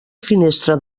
finestra